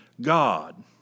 God